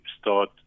start